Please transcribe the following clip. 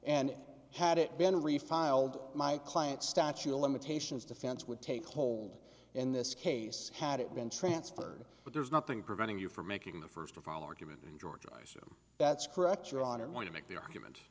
and had it been refiled my client statute of limitations defense would take hold in this case had it been transferred but there's nothing preventing you from making the first of all argument in georgia that's correct your honor i want to make the argument